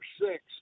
six